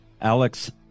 Alex